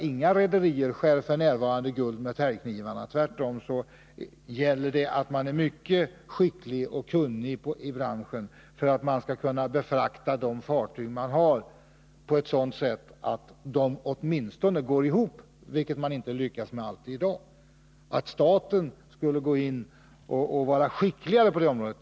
Inga rederier skär f. n. guld med täljknivar, utan tvärtom gäller det att man är mycket skicklig och kunnig i branschen för att kunna befrakta de fartyg man har, på ett sådant sätt att de går ihop — vilket inte alla lyckas med i dag. Jag betvivlar att staten skulle vara skickligare på det området.